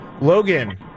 Logan